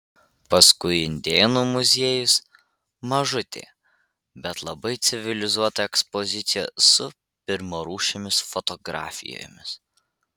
paskui indėnų muziejus mažutė bet labai civilizuota ekspozicija su pirmarūšėmis fotografijomis